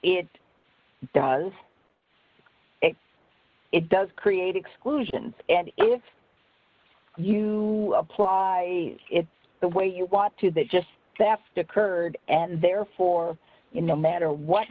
it does it does create exclusions and if you apply it the way you want to that just daft occurred and therefore no matter what